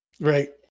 Right